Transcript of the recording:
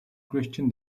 christian